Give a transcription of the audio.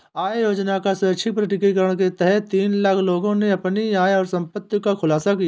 आय योजना का स्वैच्छिक प्रकटीकरण के तहत तीन लाख लोगों ने अपनी आय और संपत्ति का खुलासा किया